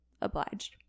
obliged